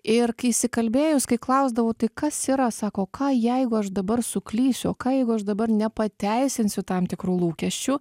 ir kai įsikalbėjus kai klausdavau tai kas yra sako ką jeigu aš dabar suklysiu o ką jeigu aš dabar nepateisinsiu tam tikrų lūkesčių